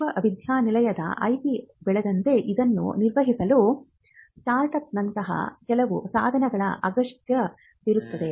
ವಿಶ್ವವಿದ್ಯಾನಿಲಯದ IP ಬೆಳೆದಂತೆ ಇದನ್ನು ನಿರ್ವಹಿಸಲು ಸಾಫ್ಟ್ವೇರ್ನಂತಹ ಕೆಲವು ಸಾಧನಗಳ ಅಗತ್ಯವಿರುತ್ತದೆ